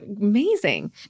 amazing